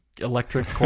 electric